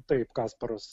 taip kasparas